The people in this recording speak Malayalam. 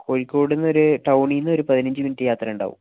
കോഴിക്കോട് നിന്നൊരു ടൌണിൽ നിന്നൊരു പതിനഞ്ച് മിനിറ്റ് യാത്രയുണ്ടാവും